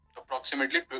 approximately